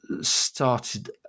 started